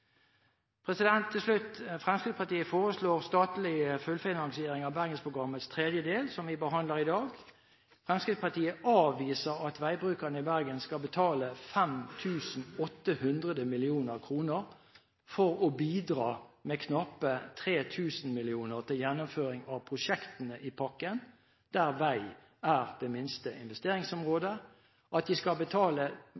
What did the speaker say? Fremskrittspartiet foreslår statlig fullfinansiering av Bergensprogrammets tredje del, som vi behandler i dag. Fremskrittspartiet avviser at veibrukerne i Bergen skal betale 5 800 mill. kr for å bidra med knappe 3 000 mill. kr til gjennomføring av prosjektene i pakken – der vei er det minste